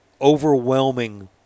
overwhelming